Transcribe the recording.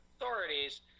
authorities